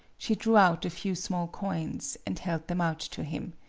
she drew out a few small coins, and held them out to him.